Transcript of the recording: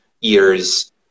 years